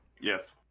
yes